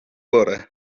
bore